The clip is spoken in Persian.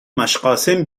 مشقاسم